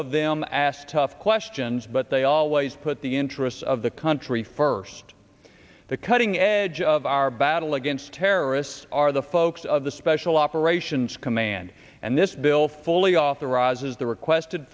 of them asked tough questions but they always put the interests of the country first the cutting edge of our back addle against terrorists are the focus of the special operations command and this bill fully authorizes the requested